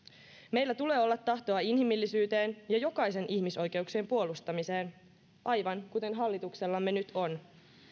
meillä tulee olla tahtoa inhimillisyyteen ja jokaisen ihmisoikeuksien puolustamiseen aivan kuten hallituksellamme nyt on